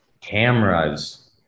cameras